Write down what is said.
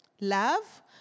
Love